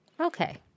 Okay